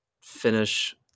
finish